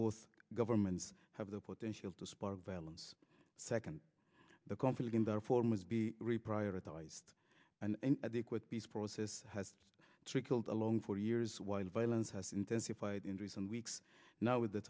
both governments have the potential to spark violence second the conflict and therefore must be re prioritized and with peace process has trickled along for years while violence has intensified in recent weeks now with the